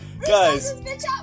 guys